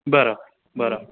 बरं बरं